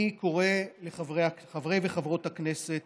אני קורא לחברי וחברות הכנסת